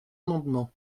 amendement